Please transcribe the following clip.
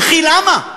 וכי למה?